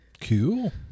Cool